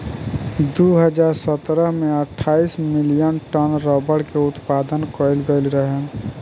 दू हज़ार सतरह में अठाईस मिलियन टन रबड़ के उत्पादन कईल गईल रहे